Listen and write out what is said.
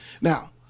Now